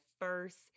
first